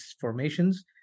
formations